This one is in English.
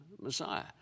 Messiah